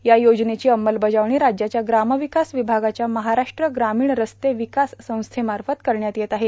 या योजनेची अंमलबजावणी राज्याच्या ग्रामविकास विभागाच्या महाराष्ट्र ग्रामीण रस्ते विकास संस्थेमार्फत करण्यात येत आहे